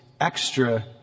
extra